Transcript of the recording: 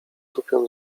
tupiąc